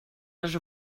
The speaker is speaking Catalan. les